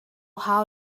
how